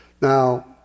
Now